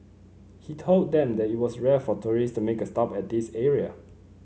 he told them that it was rare for tourist to make a stop at this area